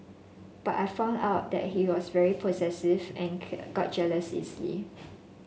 but I found out that he was very possessive and got jealous easily